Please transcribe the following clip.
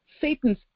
Satan's